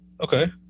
Okay